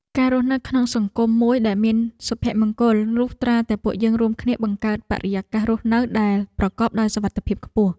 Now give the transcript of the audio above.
ការរស់នៅក្នុងសង្គមមួយដែលមានសុភមង្គល លុះត្រាតែពួកយើងរួមគ្នាបង្កើតបរិយាកាសរស់នៅដែលប្រកបដោយសុវត្ថិភាពខ្ពស់។